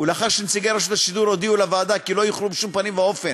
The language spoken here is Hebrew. ולאחר שנציגי רשות השידור הודיעו לוועדה כי לא יוכלו בשום פנים ואופן